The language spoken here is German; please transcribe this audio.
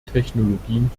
technologien